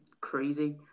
crazy